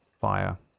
fire